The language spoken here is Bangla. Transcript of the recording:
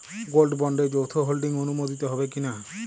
গোল্ড বন্ডে যৌথ হোল্ডিং অনুমোদিত হবে কিনা?